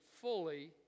fully